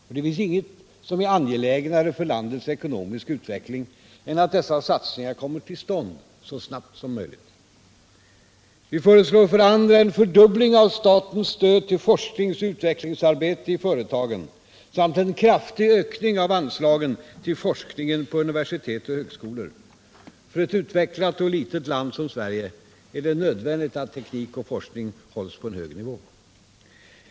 Och det finns inget som är angelägnare för landets ekonomiska utveckling än att dessa satsningar kommer till stånd så snabbt som möjligt. Vi föreslår, för det andra, en fördubbling av statens stöd till forskningsoch utvecklingsarbete i företagen samt en kraftig ökning av anslagen till forskningen på universitet och högskolor. För ett utvecklat och litet land som Sverige är det nödvändigt att teknik och forskning hålls på en hög nivå.